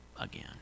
again